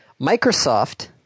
Microsoft